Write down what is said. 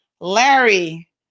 Larry